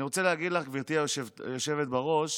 אני רוצה להגיד לך, גברתי היושבת בראש,